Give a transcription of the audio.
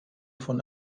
von